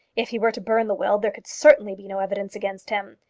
if he were to burn the will, there could certainly be no evidence against him.